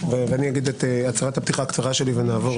ואני אגיד את הצהרת הפתיחה הקצרה שלי ונעבור